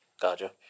Gotcha